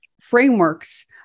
frameworks